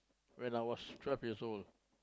when I was twelve years old